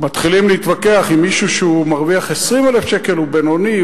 מתחילים להתווכח אם מישהו שמרוויח 20,000 שקל הוא בינוני,